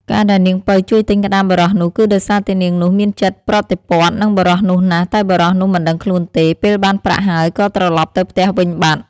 ការដែលនាងពៅជួយទិញក្ដាមបុរសនោះ គឺដោយសារនាងនោះមានចិត្តប្រតិព័ទ្ធនឹងបុរសនោះណាស់ តែបុរសនោះមិនដឹងខ្លួនទេ ពេលបានប្រាក់ហើយក៏ត្រឡប់ទៅផ្ទះវិញបាត់។